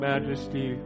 Majesty